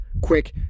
quick